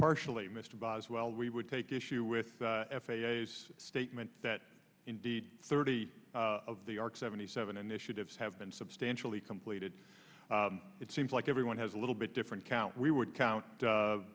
partially mr boswell we would take issue with the f a s statement that indeed thirty of the arc seventy seven initiatives have been substantially completed it seems like everyone has a little bit different count we would count